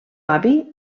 avi